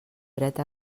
dret